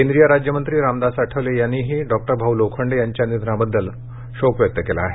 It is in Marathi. केंद्रिय राज्यमंत्री रामदास आठवले यांनीही डॉ भाऊ लोखंडे यांच्या निधनाबद्दल शोक व्यक्त केला आहे